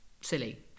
silly